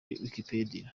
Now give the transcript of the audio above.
wikipedia